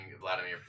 Vladimir